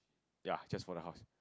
ya just for the house